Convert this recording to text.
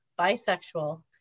bisexual